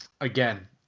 Again